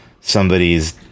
somebody's